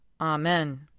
Amen